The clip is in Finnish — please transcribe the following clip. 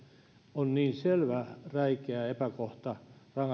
on niin selvä räikeä epäkohta rangaistuksen